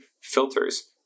filters